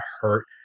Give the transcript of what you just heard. hurt